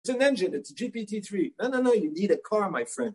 It's an engine, it's a GPT-3. No, no, no, you need a car, my friend.